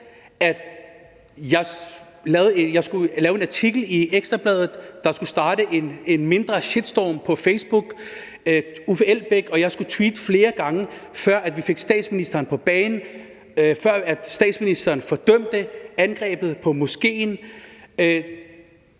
jeg lavede en artikel i Ekstra Bladet, der skulle starte en mindre shitstorm på Facebook. Uffe Elbæk og jeg skulle tweete flere gange, før vi fik statsministeren på banen, før statsministeren fordømte angrebet på moskeen.